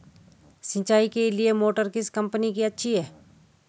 सिंचाई के लिए मोटर किस कंपनी की अच्छी है?